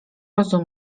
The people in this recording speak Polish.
rozu